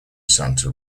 santa